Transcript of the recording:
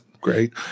Great